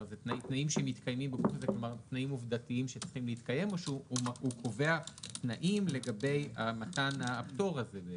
תנאים עובדתיים שצריכים להתקיים או הוא קובע תנאים לגבי מתן הפטור הזה?